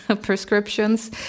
prescriptions